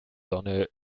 sonne